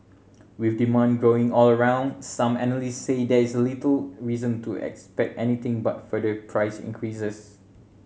with demand growing all around some analysts say there is little reason to expect anything but further price increases